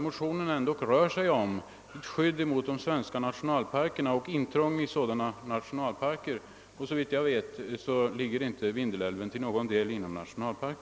Motionen rör sig ju om ett skydd för de svenska nationalparkerna, och såvitt jag vet ligger Vindelälven inte till någon del inom någon nationalpark.